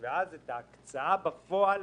ההקצאה בפועל,